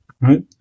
right